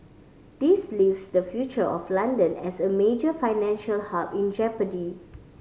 this leaves the future of London as a major financial hub in jeopardy